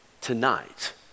tonight